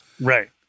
Right